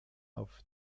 auf